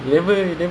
a'ah